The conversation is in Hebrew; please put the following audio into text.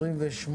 28,